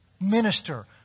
minister